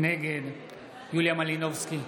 נגד יוליה מלינובסקי,